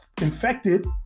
infected